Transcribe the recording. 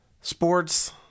sports